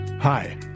hi